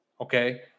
Okay